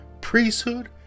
priesthood